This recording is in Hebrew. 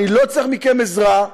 אני לא צריך מכם עזרה.